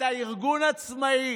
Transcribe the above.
אתה ארגון עצמאי,